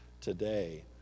today